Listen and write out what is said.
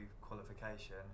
qualification